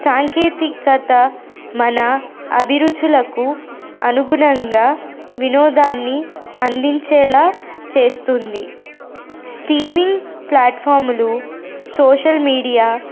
సాంకేతికత మన అభిరుచులకు అనుగుణంగా వినోదాన్ని అందించేలా చేస్తుంది స్టీమింగ్ ప్లాట్ఫామ్లు సోషల్ మీడియా